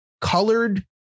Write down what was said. colored